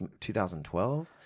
2012